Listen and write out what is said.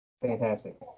Fantastic